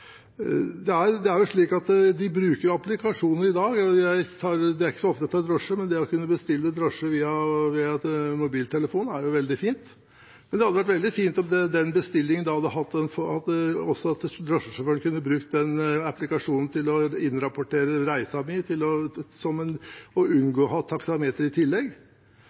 Det er jo slik at de bruker applikasjoner i dag. Det er ikke så ofte jeg tar drosje, men det å kunne bestille drosje via mobiltelefon er veldig fint. Det hadde vært veldig fint om drosjesjåføren også kunne brukt den applikasjonen til å innrapportere reisen min og i tillegg unngå taksameter. Det kunne hende at han ville synes det var veldig fint å slippe å reise og få justert dette taksameteret årlig for å